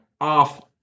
off